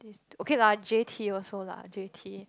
okay lah J_T also lah J_T